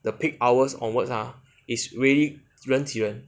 the peak hours onwards ah is really 人挤人